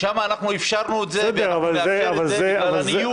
שם אנחנו אפשרנו לאפשר את זה בגלל הניוד.